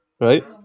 right